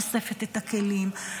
אוספת את הכלים,